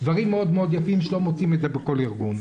דברים מאוד מאוד יפים שלא מוצאים כמותם בכל ארגון.